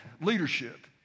leadership